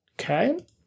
Okay